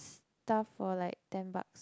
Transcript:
stuff for like ten bucks